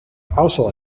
also